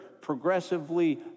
progressively